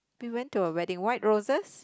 we went to a wedding white roses